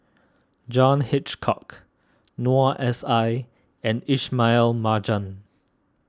John Hitchcock Noor S I and Ismail Marjan